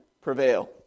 prevail